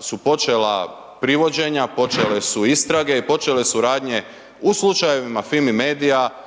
su počela privođenja, počele su istrage i počele su radnje u slučajevima Fimi media,